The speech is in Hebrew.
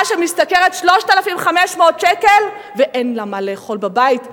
שמשתכרת 3,500 שקל ואין לה מה לאכול בבית?